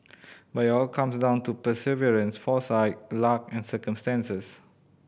but it all comes down to perseverance foresight luck and circumstances